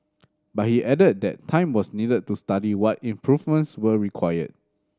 but he added that time was needed to study what improvements were required